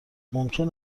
ممکن